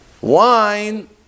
Wine